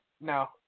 No